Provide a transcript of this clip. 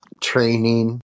training